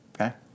okay